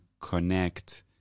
connect